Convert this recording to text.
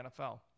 NFL